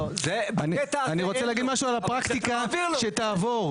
אני רוצה להגיד רגע משהו על הפרקטיקה שתעבור.